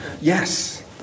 Yes